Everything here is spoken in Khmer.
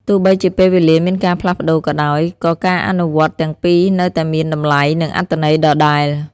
ទោះបីជាពេលវេលាមានការផ្លាស់ប្តូរក៏ដោយក៏ការអនុវត្តន៍ទាំងពីរនៅតែមានតម្លៃ និងអត្ថន័យដដែល។